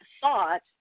thought